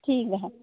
ठीक बा